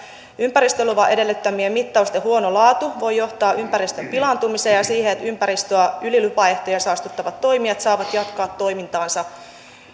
ympäristöluvan edellyttämien mittausten huono laatu voi johtaa ympäristön pilaantumiseen ja siihen että ympäristöä yli lupaehtojen saastuttavat toimijat saavat jatkaa toimintaansa